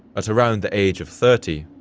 at around the age of thirty,